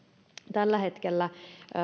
tällä hetkellä se